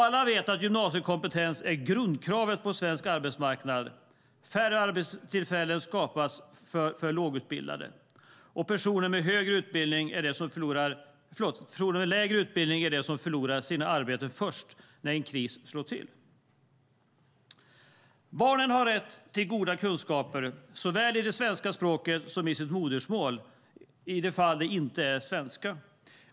Alla vet att gymnasiekompetens är grundkravet på svensk arbetsmarknad. Färre arbetstillfällen skapas för lågutbildade. Personer med lägre utbildning är de som först förlorar sina arbeten när en kris slår till. Barnen har rätt till goda kunskaper såväl i svenska språket som i sitt modersmål, i de fall det inte är svenska.